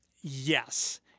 Yes